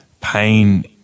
pain